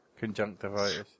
Conjunctivitis